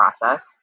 process